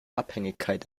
abhängigkeit